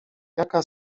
jaka